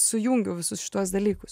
sujungiau visus šituos dalykus